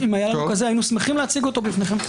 אם היה לנו כזה, היינו שמחים להציגו בפניכם.